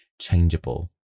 changeable